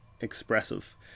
expressive